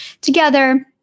together